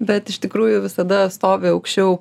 bet iš tikrųjų visada stovi aukščiau